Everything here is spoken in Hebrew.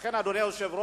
לכן, אדוני היושב-ראש,